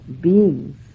beings